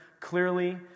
clearly